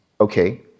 okay